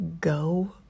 go